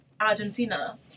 Argentina